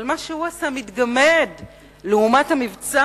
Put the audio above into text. אבל מה שהוא עשה מתגמד לעומת המבצע